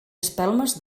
espelmes